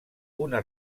una